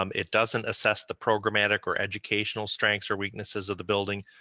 um it doesn't assess the programmatic or educational strengths or weaknesses of the building,